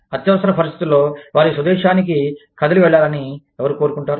అత్యవసర పరిస్థితుల్లో వారి స్వదేశాని కదిలి వెళ్లాలని ఎవరు కోరుకుంటారు